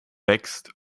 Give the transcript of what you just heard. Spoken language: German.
wächst